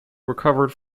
recovered